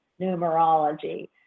numerology